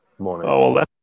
morning